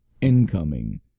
incoming